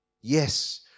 Yes